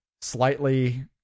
slightly